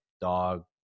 dog